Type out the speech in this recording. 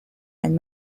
and